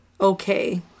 okay